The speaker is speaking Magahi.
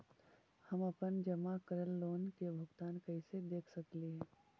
हम अपन जमा करल लोन के भुगतान कैसे देख सकली हे?